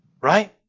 Right